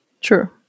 true